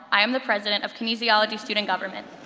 i am the president of kinesiology student government,